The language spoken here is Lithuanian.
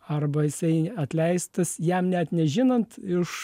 arba jisai atleistas jam net nežinant iš